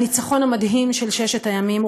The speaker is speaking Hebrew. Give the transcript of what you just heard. הניצחון המדהים בששת הימים,